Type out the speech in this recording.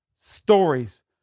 Stories